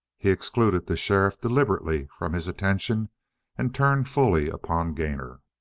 he excluded the sheriff deliberately from his attention and turned fully upon gainor.